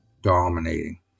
dominating